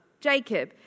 Jacob